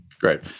Great